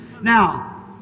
Now